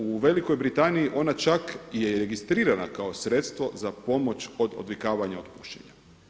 U Velikoj Britaniji ona čaj je i registrirana kao sredstvo za pomoć od odvikavanja od pušenja.